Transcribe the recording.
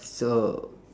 so